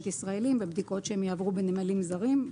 ישראלים בבדיקות שהם יעברו בנמלים זרים,